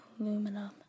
aluminum